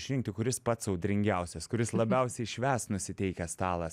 išrinkti kuris pats audringiausias kuris labiausiai švęst nusiteikę stalas